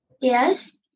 Yes